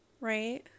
right